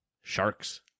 Sharks